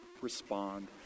respond